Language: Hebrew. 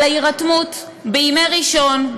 על ההירתמות בימי ראשון,